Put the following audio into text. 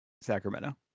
Sacramento